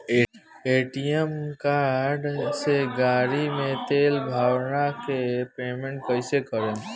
ATM card से गाड़ी मे तेल भरवा के पेमेंट कैसे करेम?